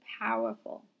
powerful